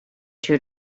two